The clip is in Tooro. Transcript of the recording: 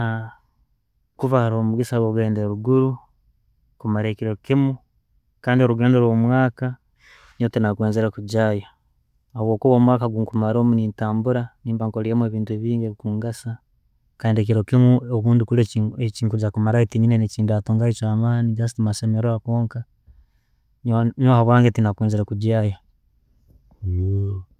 Kuba aroho omugisa gwogenda eriguru, kumara ekiro kimu, kandi orugendo rwomwaka ninyoowe tendakwenzire kugyayo habwokuba omwaka gwekumara omwo nentambura nimbankoliremu ebintu bingi ebikungasa kandi kilo kimu obundi kye- ekyenkugedayo kumarayo obundi tininayo kyendatungamu ekyamani, just masemererwa gonka, nyowe abwange tendakwenzere kugyayo.